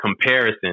comparison